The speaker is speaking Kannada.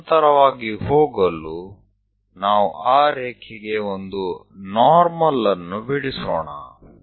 ಸಮಾನಾಂತರವಾಗಿ ಹೋಗಲು ನಾವು ಆ ರೇಖೆಗೆ ಒಂದು ನಾರ್ಮಲ್ ಅನ್ನು ಬಿಡಿಸೋಣ